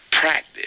practice